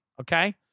okay